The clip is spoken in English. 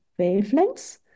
wavelengths